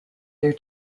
their